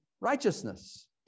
righteousness